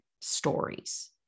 stories